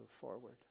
forward